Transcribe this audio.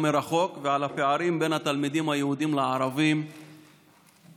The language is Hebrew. מרחוק ועל הפערים בין התלמידים היהודים לערבים במדינה,